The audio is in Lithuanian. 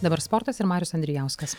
dabar sportas ir marius andrijauskas